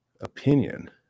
opinion